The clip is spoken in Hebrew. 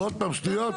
ועוד פעם שטויות.